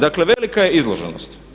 Dakle velika je izloženost.